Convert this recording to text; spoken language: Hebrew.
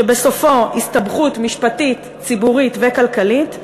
שבסופו הסתבכות משפטית, ציבורית וכלכלית,